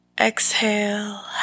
Exhale